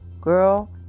girl